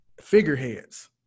figureheads